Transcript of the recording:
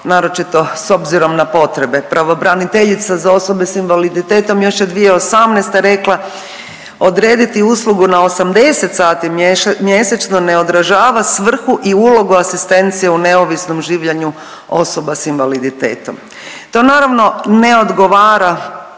naročito s obzirom na potrebe. Pravobraniteljica za osobe s invaliditetom još je 2018. rekla odrediti uslugu na 80 sati mjesečno ne odražava svrhu i ulogu asistencije u neovisnom življenju osoba s invaliditetom. To naravno ne odgovara